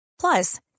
Plus